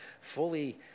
fully